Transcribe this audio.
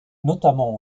notamment